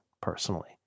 personally